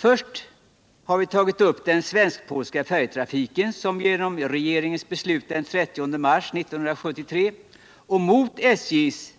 Först har vi tagit upp den svensk-polska färjetrafiken, som genom regeringens beslut den 30 mars 1973 — och mot SJ:s